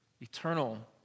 eternal